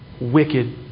wicked